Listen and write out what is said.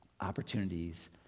opportunities